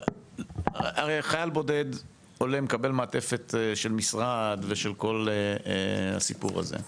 הרי חייל בודד עולה מקבל מעטפת של משרד ושל כל הסיפור הזה.